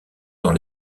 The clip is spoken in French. dans